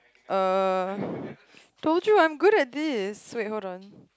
uh told you I'm good at this wait hold on